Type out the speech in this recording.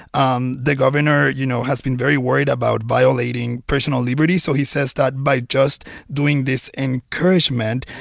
um the governor, you know, has been very worried about violating personal liberties, so he says that by just doing this encouragement,